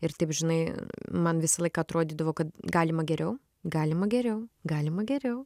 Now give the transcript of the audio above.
ir taip žinai man visą laiką atrodydavo kad galima geriau galima geriau galima geriau